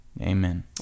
Amen